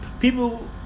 people